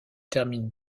termine